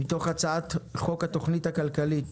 מתוך הצעת חוק התכנית הכלכלית